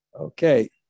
okay